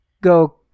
go